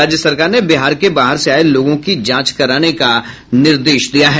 राज्य सरकार ने बिहार के बाहर से आये लोगों की जांच कराने का निर्देश दिया है